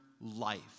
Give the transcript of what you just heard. life